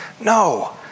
No